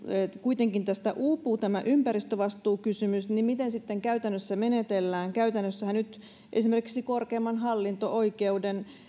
kuitenkin uupuu tämä ympäristövastuukysymys niin miten sitten käytännössä menetellään käytännössähän esimerkiksi korkeimman hallinto oikeuden